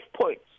points